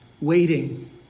waiting